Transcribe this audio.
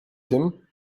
tym